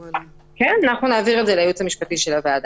כן, אנחנו נעביר את זה לייעוץ המשפטי של הוועדה.